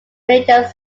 religious